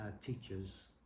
teachers